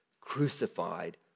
crucified